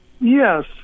Yes